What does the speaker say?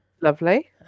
Lovely